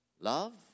love